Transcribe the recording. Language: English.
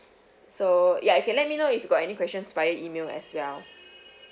so ya you can let me know if you got any questions via email as well